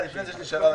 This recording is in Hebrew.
לפני זה, יש לי שאלה.